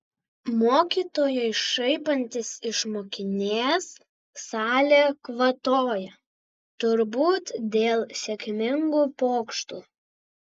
mokytojui šaipantis iš mokinės salė kvatoja turbūt dėl sėkmingų pokštų